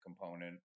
component